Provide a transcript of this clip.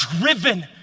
driven